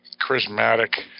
charismatic